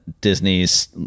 disney's